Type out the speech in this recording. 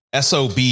SOB